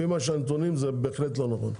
לפי הנתונים זה בהחלט לא נכון,